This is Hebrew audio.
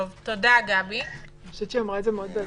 היא אמרה את זה מאוד בעדינות.